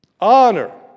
honor